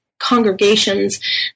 Congregations